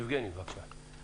יבגני, בבקשה.